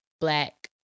black